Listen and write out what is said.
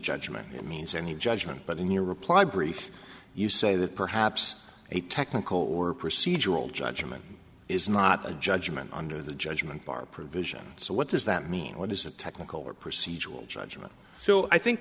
judgment means any judgment but in your reply brief you say that perhaps a technical or procedural judgment is not a judgment under the judgment bar provision so what does that mean what is the technical or procedural judgment so i think